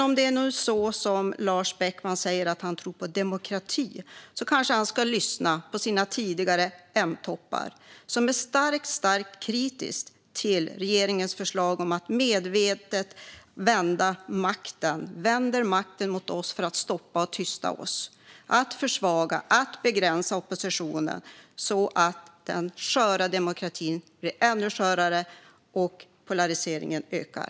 Om det nu är så som Lars Beckman säger, att han tror på demokratin, kanske han ska lyssna på de tidigare M-toppar som är starkt kritiska mot regeringens förslag, som medvetet vänder makten mot oss för att stoppa och tysta oss. Det handlar om att försvaga och begränsa oppositionen så att den sköra demokratin blir ännu skörare och polariseringen ökar.